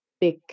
big